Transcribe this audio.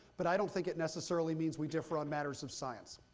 but i don't think it necessarily means we differ on matters of science.